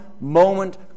moment